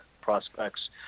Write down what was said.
prospects